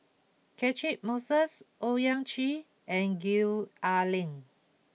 Catchick Moses Owyang Chi and Gwee Ah Leng